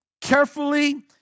carefully